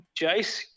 Jace